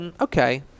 okay